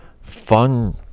fun